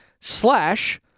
slash